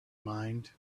mind